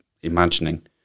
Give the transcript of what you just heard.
imagining